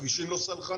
כביש אין לא סלחנים,